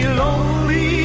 lonely